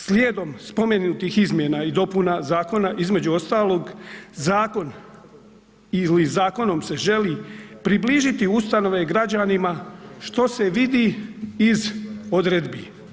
Slijedom spomenutih izmjena i dopuna Zakona između ostalog zakon ili zakonom se želi približiti ustanove građanima što se vidi iz odredbi.